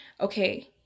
okay